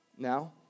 Now